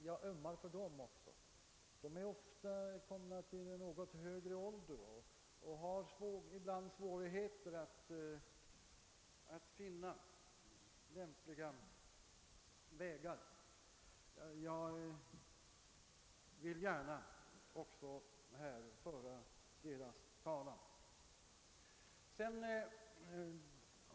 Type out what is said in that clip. Jag ömmar också för dem; de har ofta kommit upp i en högre ålder och har ibland svårt att finna lämpliga vägar. Jag vill gärna föra också deras talan.